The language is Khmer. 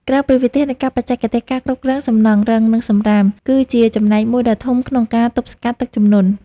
ក្រៅពីវិធានការបច្ចេកទេស ការគ្រប់គ្រងសំណង់រឹង និងសំរាម គឺជាចំណែកមួយដ៏ធំក្នុងការទប់ស្កាត់ទឹកជំនន់។